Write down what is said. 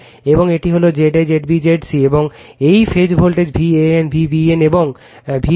এবং এটি হল Z a Z b Z c এবং এই phase voltage VAN V BN এবং VCN